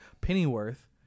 Pennyworth